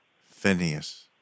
Phineas